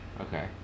okay